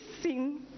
sing